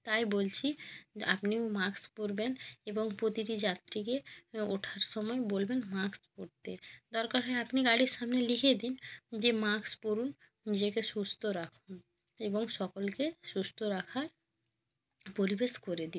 তাই বলছি আপনিও মাস্ক পরবেন এবং প্রতিটি যাত্রীকে এবং ওঠার সময় বলবেন মাস্ক পরতে দরকার হয় আপনি গাড়ির সামনে লিখে দিন যে মাস্ক পরুন নিজেকে সুস্থ রাখুন এবং সকলকে সুস্থ রাখার পরিবেশ করে দিন